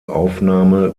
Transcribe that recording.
aufnahme